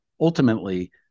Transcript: ultimately